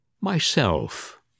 myself